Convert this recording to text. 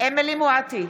חיה מואטי,